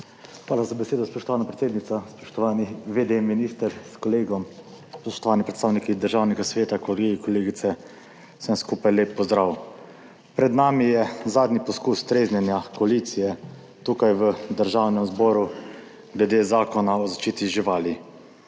Hvala za besedo, spoštovana predsednica. Spoštovani vede minister s kolegom, spoštovani predstavniki Državnega sveta, kolegi, kolegice, vsem skupaj lep pozdrav! Pred nami je zadnji poskus treznjenja koalicije tukaj v Državnem zboru glede Zakona o zaščiti živali.